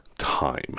time